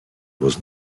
was